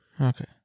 Okay